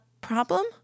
problem